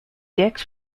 dix